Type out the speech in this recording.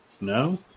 No